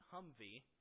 Humvee